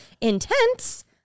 intense